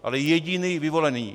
Ale jediný vyvolený.